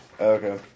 Okay